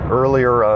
earlier